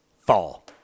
Fall